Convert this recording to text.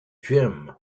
jim